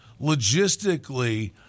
logistically